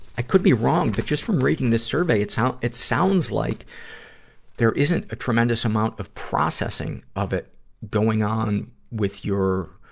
i could be wrong, but just from reading this survey, it sound, it sounds like there isn't a tremendous amount of processing of it going on with your,